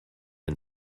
and